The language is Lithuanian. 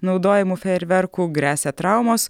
naudojamų fejerverkų gresia traumos